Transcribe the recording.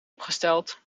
opgesteld